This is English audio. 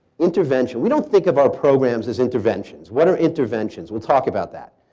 intervention. we don't think of our programs as interventions. what are interventions? we'll talk about that.